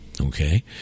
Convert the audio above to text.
okay